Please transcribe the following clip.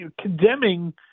condemning